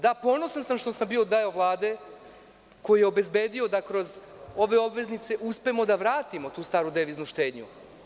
Da, ponosan sam što sam bio deo Vlade koja je obezbedila da kroz ove obveznice uspemo da vratimo tu staru deviznu štednju.